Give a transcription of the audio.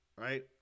Right